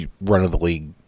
run-of-the-league